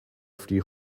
free